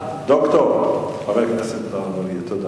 דוקטור, חבר הכנסת אגבאריה, תודה.